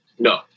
No